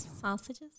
Sausages